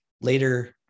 later